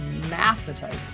mathematizing